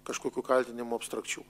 kažkokių kaltinimų abstrakčių